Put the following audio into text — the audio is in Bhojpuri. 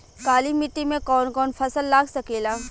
काली मिट्टी मे कौन कौन फसल लाग सकेला?